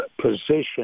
Position